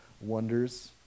wonders